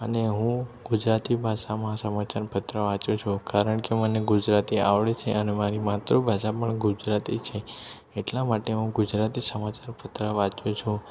અને હું ગુજરાતી ભાષામાં સમાચાર પત્ર વાંચું છું કારણ કે મને ગુજરાતી આવડે છે અને મારી માતૃભાષા પણ ગુજરાતી છે એટલા માટે હું ગુજરાતી સમાચાર પત્ર વાંચું છું